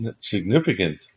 significant